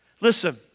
Listen